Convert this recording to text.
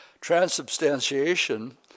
Transubstantiation